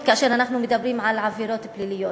כאשר אנחנו מדברים על עבירות פליליות.